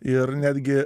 ir netgi